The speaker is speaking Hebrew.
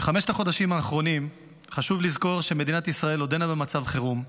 בחמשת החודשים האחרונים חשוב לזכור שמדינת ישראל עודנה במצב חירום,